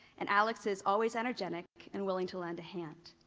and, alex is always energetic and willing to lend a hand.